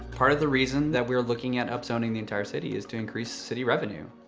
part of the reason that we're looking at upzoning the entire city is to increase city revenue.